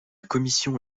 commission